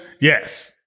Yes